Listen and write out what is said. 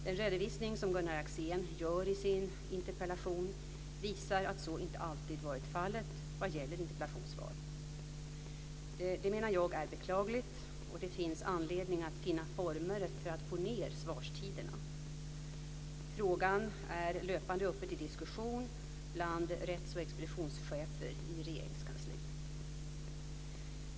Den redovisning som Gunnar Axén gör i sin interpellation visar att så inte alltid varit fallet vad gäller interpellationssvar. Det menar jag är beklagligt, och det finns anledning att finna former för att få ned svarstiderna. Frågan är löpande uppe till diskussion bland rätts och expeditionschefer i Regeringskansliet.